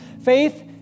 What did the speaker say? Faith